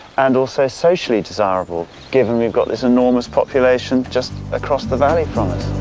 and also socially desirable, given we've got this enormous population just across the valley from us.